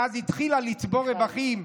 מאז התחילה לצבור רווחים,